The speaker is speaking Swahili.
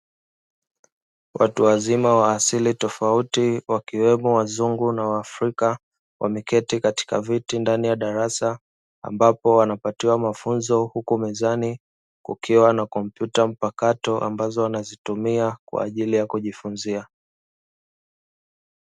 Watu wazima wa asili tofauti wakiwemo wazungu na waafrika wameketi katika viti ndani ya darasa, ambapo wanapatiwa mafunzo. Huku mezani kukiwa na kompyuta mpakato ambazo wanazitumia kwa ajili ya kujifunzia.